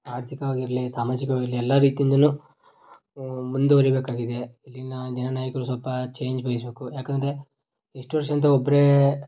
ಆರ್ಥಿಕವಾಗಿರಲಿ ಸಾಮಾಜಿಕವಾಗಿರಲಿ ಎಲ್ಲ ರೀತಿಯಿಂದಲೂ ಮುಂದುವರೀಬೇಕಾಗಿದೆ ಇಲ್ಲಿನ ನಿರ್ಣಾಯಕರು ಸ್ವಲ್ಪ ಚೇಂಜ್ ಬಯಸಬೇಕು ಏಕಂದ್ರೆ ಎಷ್ಟು ವರ್ಷಿಂದ ಒಬ್ಬರೇ